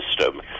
system